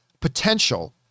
potential